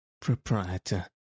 Proprietor